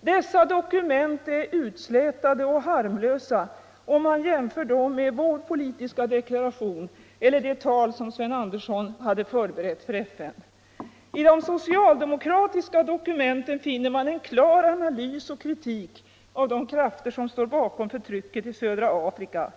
Dessa dokument är utslätade och harmlösa, om man jämför dem med vår politiska deklaration eller det tal som Sven Andersson hade förberett för FN. I de socialdemokratiska dokumenten finner man en klar analys och kritik av de krafter som står bakom förtrycket i södra Afrika.